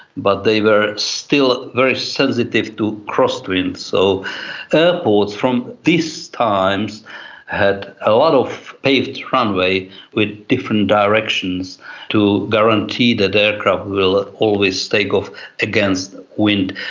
but they were still very sensitive to crosswinds. so airports from this had a lot of paved runway with different directions to guarantee that aircraft will always take off against wind.